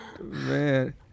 Man